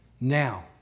Now